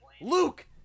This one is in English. Luke